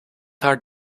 haar